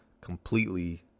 completely